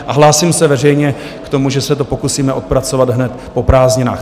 A hlásím se veřejně k tomu, že se to pokusíme odpracovat hned po prázdninách.